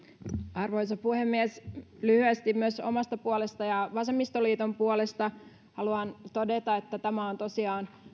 arvoisa puhemies lyhyesti myös omasta puolestani ja vasemmistoliiton puolesta haluan todeta että tämä on tosiaan